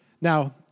Now